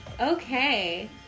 Okay